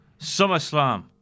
SummerSlam